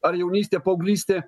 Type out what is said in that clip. ar jaunystė paauglystė